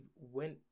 went